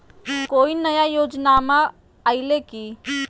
कोइ नया योजनामा आइले की?